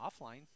offline